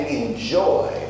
enjoy